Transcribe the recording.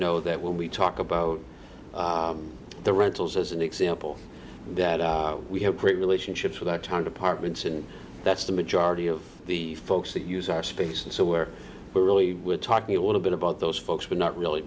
know that when we talk about the rentals as an example that we have great relationships with our town departments and that's the majority of the folks that use our space and so we're really talking a little bit about those folks we're not really